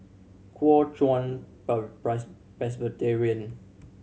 Kuo Chuan Presbyterian